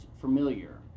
familiar